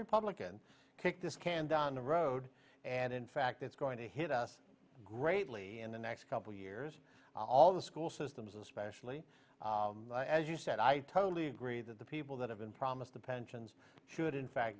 republican kick this can down the road and in fact it's going to hit us greatly in the next couple of years all the school systems especially as you said i totally agree that the people that have been promised the pensions should in fact